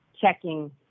checking